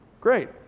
Great